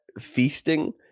feasting